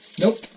Nope